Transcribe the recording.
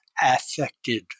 affected